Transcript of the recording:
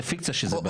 זאת פיקציה שזו בעיה.